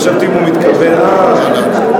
אני חשבתי שהוא מתכוון, אהה.